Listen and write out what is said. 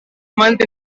month